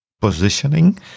positioning